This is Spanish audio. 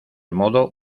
modo